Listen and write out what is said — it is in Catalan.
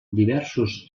diversos